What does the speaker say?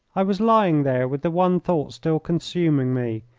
i was lying there with the one thought still consuming me,